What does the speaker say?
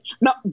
No